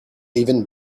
even